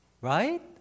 Right